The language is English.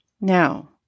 Now